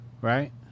right